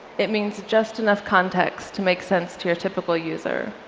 it means just enough context to make sense to your typical user.